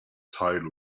toe